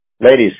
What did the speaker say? Ladies